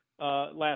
last